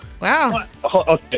wow